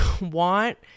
want